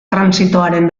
trantsitoaren